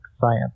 science